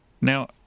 Now